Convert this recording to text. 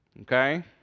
Okay